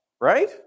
right